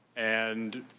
and